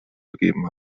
gegeben